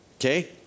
Okay